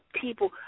people